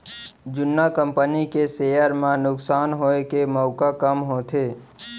जुन्ना कंपनी के सेयर म नुकसान होए के मउका कम होथे